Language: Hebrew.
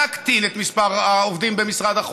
להקטין את מספר העובדים במשרד החוץ,